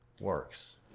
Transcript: works